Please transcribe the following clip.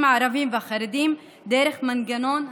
הערבים והחרדים דרך מנגנון המכרזים.